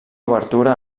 obertura